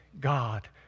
God